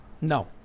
no